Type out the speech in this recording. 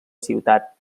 ciutat